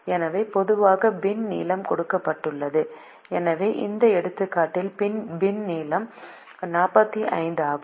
எனவே பொதுவாக பின் நீளம் கொடுக்கப்பட்டுள்ளது எனவே இந்த எடுத்துக்காட்டில் பின் நீளம் 45 ஆகும்